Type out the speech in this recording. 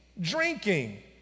drinking